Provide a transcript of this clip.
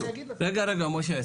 רגע רגע משה,